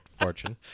Fortune